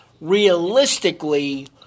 Realistically